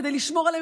כדי לשמור עליהם,